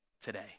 today